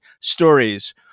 stories